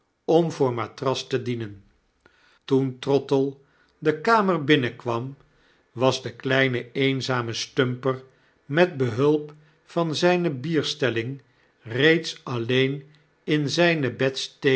om voor matras te dienen toen trottle de kamer binnenkwam was de kleine eenzame stumper met behulp van zyne bierstelling reeds alleen in zyne